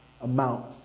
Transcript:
amount